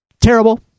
Terrible